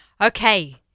Okay